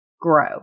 grow